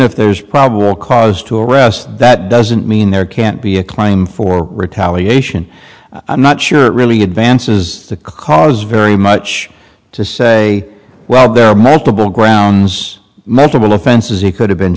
if there's probable cause to arrest that doesn't mean there can't be a claim for retaliation i'm not sure it really advances the cause very much to say well there are multiple grounds multiple offenses he could have been